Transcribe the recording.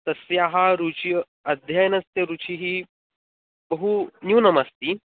तस्याः रुचिः अध्ययने रुचिः बहु न्यूनमस्ति